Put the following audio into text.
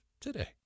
today